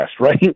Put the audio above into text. right